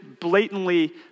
blatantly